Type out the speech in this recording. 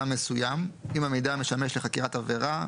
מסוים אם המידע משמש לחקירת עבירה,